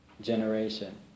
generation